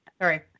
Sorry